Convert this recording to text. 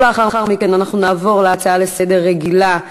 ולאחר מכן אנחנו נעבור להצעה רגילה לסדר-היום.